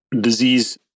disease